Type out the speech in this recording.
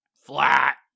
Flat